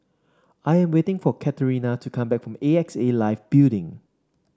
I am waiting for Catrina to come back from A X A Life Building